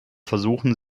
versuchen